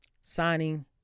signing